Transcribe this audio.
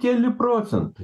keli procentai